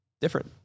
different